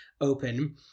Open